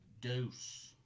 Deuce